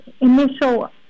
initial